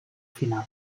final